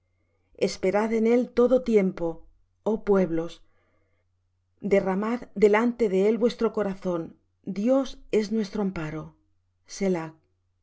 esperad en él en todo tiempo oh pueblos derramad delante de él vuestro corazón dios es nuestro amparo